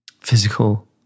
physical